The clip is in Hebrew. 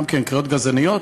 גם כן קריאות גזעניות,